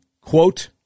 quote